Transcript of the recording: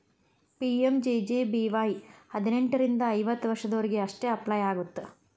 PMJJBY ಹದಿನೆಂಟರಿಂದ ಐವತ್ತ ವರ್ಷದೊರಿಗೆ ಅಷ್ಟ ಅಪ್ಲೈ ಆಗತ್ತ